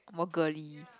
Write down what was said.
more girly